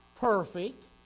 perfect